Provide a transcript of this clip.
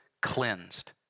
cleansed